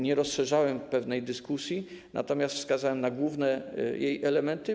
Nie rozszerzałem pewnej dyskusji, natomiast wskazałem na główne jej elementy.